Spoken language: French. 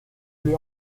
l’ai